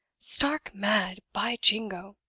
stark mad, by jingo!